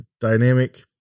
dynamic